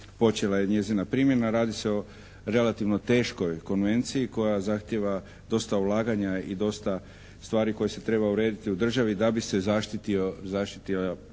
počela je njezina primjena. Radi se o relativno teškoj Konvenciji koja zahtijeva dosta ulaganja i dosta stvari koje se treba urediti u državi da bi se zaštitio okoliš